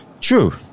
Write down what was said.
True